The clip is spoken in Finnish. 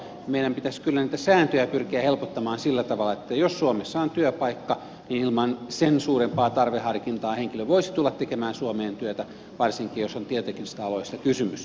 meidän pitäisi kyllä niitä sääntöjä pyrkiä helpottamaan sillä tavalla että jos suomessa on työpaikka niin ilman sen suurempaa tarveharkintaa henkilö voisi tulla tekemään suomeen työtä varsinkin jos on tietoteknisistä aloista kysymys